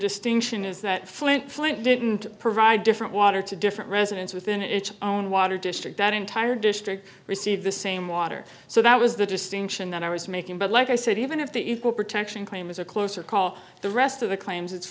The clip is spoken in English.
distinction is that flint flint didn't provide different water to different residence within its own water district that entire district received the same water so that was the distinction that i was making but like i said even if the equal protection claim is a closer call the rest of the claims it's